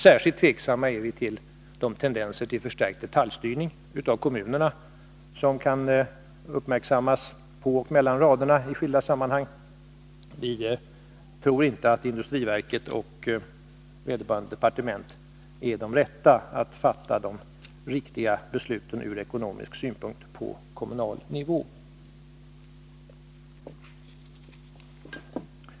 Särskilt tveksamma är vi till de tendenser till förstärkt detaljstyrning av kommunerna, vilka kan uppmärksammas mellan raderna i skilda sammanhang. Vi tror inte att industriverket och vederbörande departement är de rätta att fatta de ur ekonomisk synpunkt riktiga besluten på kommunal nivå.